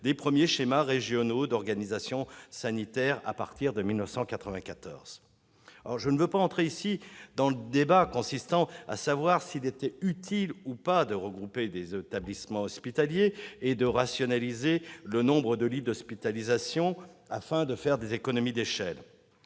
des premiers schémas régionaux d'organisation sanitaire à partir de 1994. Je ne veux pas entrer dans le débat de savoir s'il était utile ou pas de regrouper des établissements hospitaliers et de rationaliser le nombre de lits d'hospitalisation, afin de réaliser des économies d'échelle.